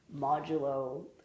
modulo